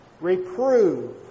Reprove